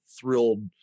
thrilled